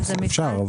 אפשר.